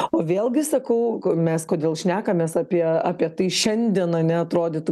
o vėlgi sakau k mes kodėl šnekamės apie apie tai šiandien ane atrodytų